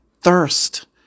thirst